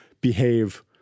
behave